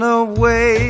away